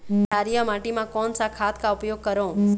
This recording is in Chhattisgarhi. क्षारीय माटी मा कोन सा खाद का उपयोग करों?